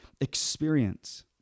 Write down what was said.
experience